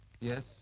Yes